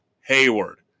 Hayward